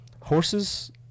horses